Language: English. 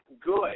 good